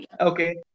Okay